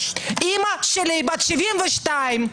אמא שלי בת 72,